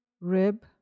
rib